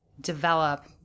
develop